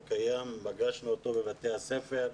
הוא קיים ופגשנו אותו בבתי הספר.